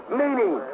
meaning